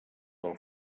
del